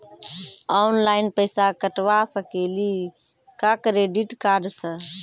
Online पैसा कटवा सकेली का क्रेडिट कार्ड सा?